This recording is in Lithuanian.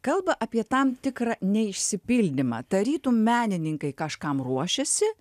kalba apie tam tikrą neišsipildymą tarytum menininkai kažkam ruošiasi